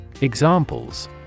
Examples